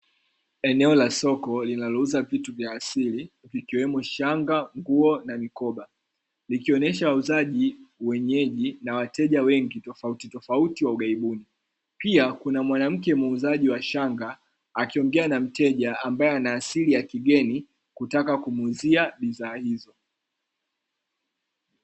Eneo la soko linalouza vitu vya asili vikiwemo shanga, nguo na mikoba likionyesha wauzaji wenyeji na wateja wengi tofauti tofauti wa ugaibuni pia kuna mwanamke muuzaji wa shanga akiongea na mteja ambaye ana asili ya kigeni kutaka kumuuzia bidhaa hizo.